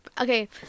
okay